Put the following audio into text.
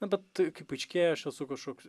na bet tai kaip paaiškėja aš esu kažkoks